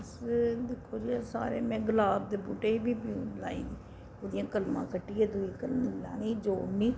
अस दिक्खो जी ऐसा कि में गलाब दे बूहटे बी लाए हे ओह्दियां कलमां कट्टियै दूई कलमी लानी जोड़नी